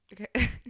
Okay